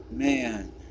Man